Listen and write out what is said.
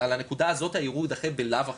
בנקודה הזאת הערעור יידחה בלאו הכי,